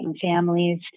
Families